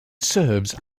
serves